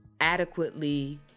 adequately